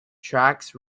tracks